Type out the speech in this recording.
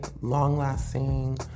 long-lasting